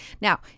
Now